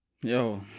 Yo